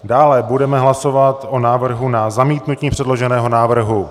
Dále budeme hlasovat o návrhu na zamítnutí předloženého návrhu.